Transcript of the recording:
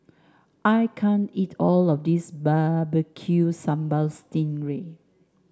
I can't eat all of this Barbecue Sambal Sting Ray